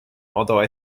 although